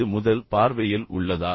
இது முதல் பார்வையில் உள்ளதா